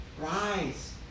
rise